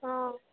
हां